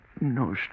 No